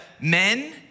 men